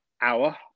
hour